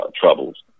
troubles